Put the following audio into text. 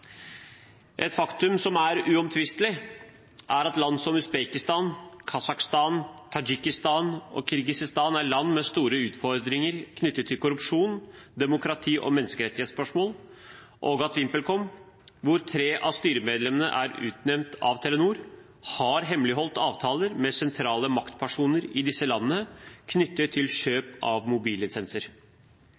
Et faktum som er uomtvistelig, er at land som Usbekistan, Kasakhstan, Tadsjikistan og Kirgisistan er land med store utfordringer knyttet til korrupsjon, demokrati og menneskerettighetsspørsmål, og at VimpelCom, hvor tre av styremedlemmene er utnevnt av Telenor, har hemmeligholdt avtaler med sentrale maktpersoner i disse landene knyttet til kjøp av mobillisenser.